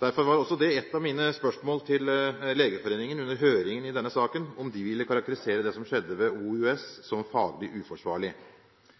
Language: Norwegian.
Derfor var også et av mine spørsmål til Legeforeningen under høringen i denne saken om de ville karakterisere det som skjedde ved Oslo universitetssykehus, OUS, som faglig uforsvarlig.